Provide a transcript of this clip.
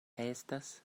estas